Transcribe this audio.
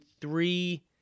three